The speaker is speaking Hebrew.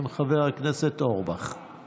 להעביר את הצעת חוק עבודת הנוער (תיקון,